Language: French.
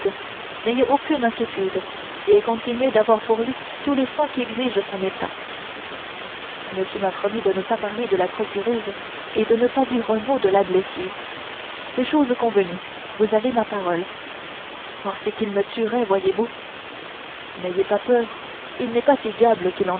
n'ayez aucune inquiétude et continuez d'avoir pour lui tous les soins qu'exige son état monsieur m'a promis de ne pas parler de la procureuse et de ne pas dire un mot de la blessure c'est chose convenue vous avez ma parole oh c'est qu'il me tuerait voyez-vous n'ayez pas peur il n'est pas si diable qu'il en